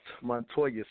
Montoya